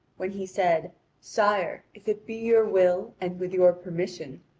when he said sire, if it be your will, and with your permission,